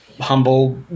humble